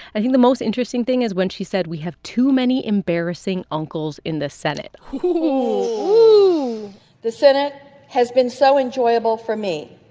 i think the most interesting thing is when she said, we have too many embarrassing uncles in the senate ooh the senate has been so enjoyable for me